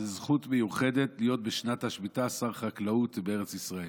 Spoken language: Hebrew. זאת זכות מיוחדת להיות בשנת השמיטה שר חקלאות בארץ ישראל.